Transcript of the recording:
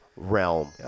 Realm